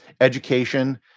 education